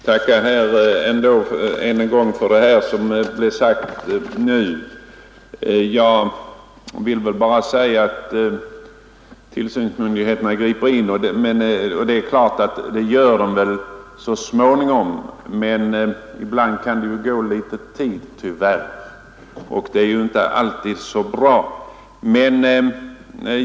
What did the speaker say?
Fru talman! Jag vill tacka för det som statsrådet Odhnoff sade nu. Det är klart att tillsynsmyndigheterna väl griper in så småningom, men ibland kan det tyvärr gå litet tid, och det är inte alltid så bra.